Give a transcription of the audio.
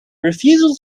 refusal